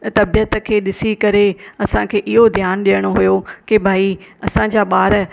तबीअत खे ॾिसी करे असांखे इहो ध्यानु ॾियणो हुओ की भई असांजा ॿार